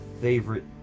favorite